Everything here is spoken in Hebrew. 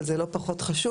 אבל זה לא פחות חשוב,